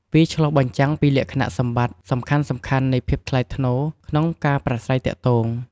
វាឆ្លុះបញ្ចាំងពីលក្ខណៈសម្បត្តិសំខាន់ៗនៃភាពថ្លៃថ្នូរ ក្នុងការប្រាស្រ័យទាក់ទង។